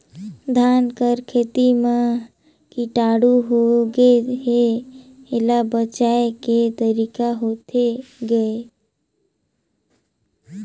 धान कर खेती म कीटाणु होगे हे एला बचाय के तरीका होथे गए?